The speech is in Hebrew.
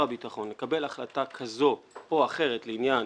הביטחון לקבל החלטה כזאת או אחרת לעניין